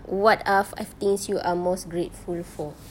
what are five things you are most grateful for